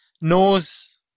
knows